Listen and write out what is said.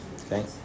Okay